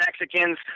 Mexicans